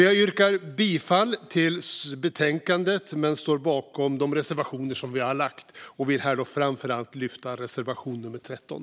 Jag yrkar bifall till förslaget i betänkandet, men jag står bakom våra reservationer och yrkar därför också bifall till reservation nummer 13.